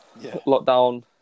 lockdown